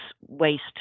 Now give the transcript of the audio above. waste